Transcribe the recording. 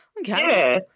Okay